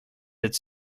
its